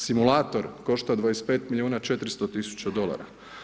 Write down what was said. Simulator košta 25 milijuna 400 tisuća dolara.